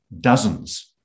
dozens